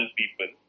people